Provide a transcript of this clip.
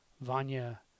Vanya